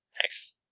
Thanks